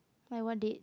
like what date